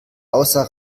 außer